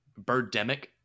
Birdemic